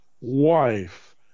wife